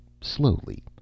slowly